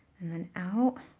and then out.